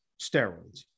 steroids